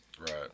Right